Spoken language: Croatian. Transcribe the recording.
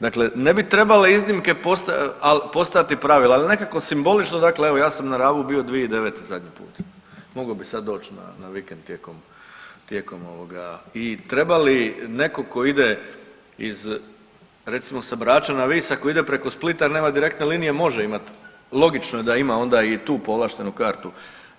Dakle, ne bi trebale iznimke postajati pravila, al nekako simbolično dakle evo ja sam na Rabu bio 2009. zadnji put, mogao bi sad doći na, na vikend tijekom, tijekom ovoga i treba li neko ko ide iz recimo sa Brača na Vis ako ide preko Splita nema direktne linije, može imat, logično je da ima onda i tu povlaštenu kartu,